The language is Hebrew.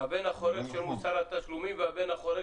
הבן החורג של מוסר התשלומים והבן החורג